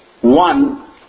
one